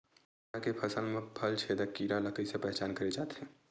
चना के फसल म फल छेदक कीरा ल कइसे पहचान करे जाथे?